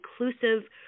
inclusive